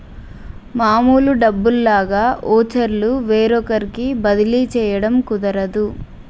మామూలు డబ్బుల్లాగా వోచర్లు వేరొకరికి బదిలీ చేయడం కుదరదు